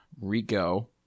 Rico